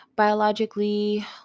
Biologically